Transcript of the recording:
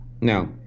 No